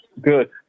Good